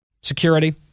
Security